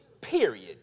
period